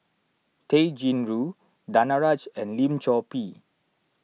Tay Chin Joo Danaraj and Lim Chor Pee